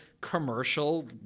commercial